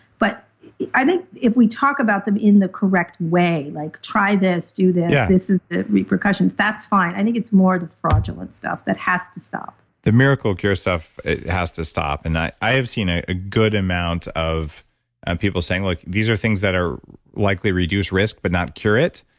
but i think if we talk about them in the correct way, like try this, do this, this is the repercussions, that's fine. i think it's more the fraudulent stuff that has to stop the miracle cure stuff it has to stop. and i i have seen a ah good amount of and people saying look, these are things that are likely reduce risk, but not cure it.